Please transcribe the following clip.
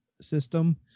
system